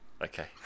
Okay